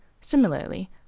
Similarly